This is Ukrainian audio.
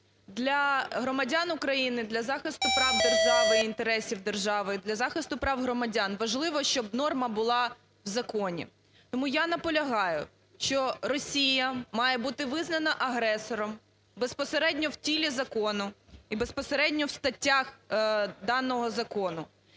Для громадян України, для захисту прав держави і інтересів держави, для захисту прав громадян важливо, щоб норма була в законі. Тому я наполягаю, що Росія має бути визнана агресором безпосередньо в тілі закону і безпосередньо в статтях даного закону.